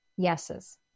yeses